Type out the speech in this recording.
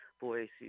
voice